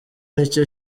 nicyo